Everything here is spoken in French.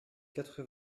quatre